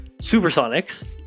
Supersonics